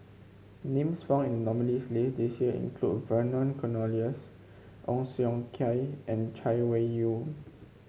names found in the nominees' list this year include Vernon Cornelius Ong Siong Kai and Chay Weng Yew